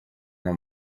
nka